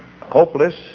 hopeless